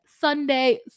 Sunday